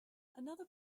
another